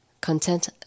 Content